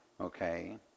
Okay